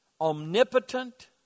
omnipotent